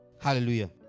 Hallelujah